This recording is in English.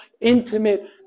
intimate